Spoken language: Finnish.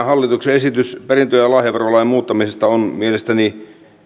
hallituksen esitys perintö ja lahjaverolain muuttamisesta on mielestäni